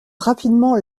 rapidement